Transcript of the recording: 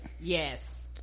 yes